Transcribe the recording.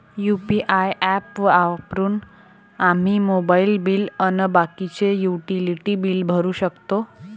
UPI app वापरून आम्ही mobile bill अन बाकीचे युटिलिटी बिल भरू शकतो